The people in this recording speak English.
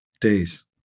days